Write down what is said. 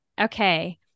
Okay